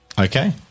Okay